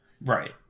Right